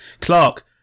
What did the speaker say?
Clark